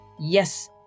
yes